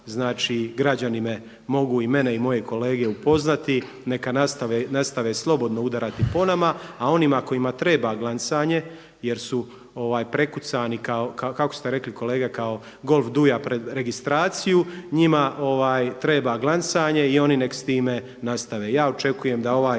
sam, građani me mogu i mene i moje kolege upoznati. Neka nastave slobodno udarati po nama, a onima kojima treba glancanje jer su prekucani, kako ste rekli kolega kao golf … pred registraciju, njima treba glancanje i oni nek s time nastave. Ja očekujem da ovaj